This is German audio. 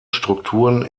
strukturen